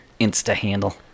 insta-handle